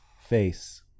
face